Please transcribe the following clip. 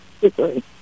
degree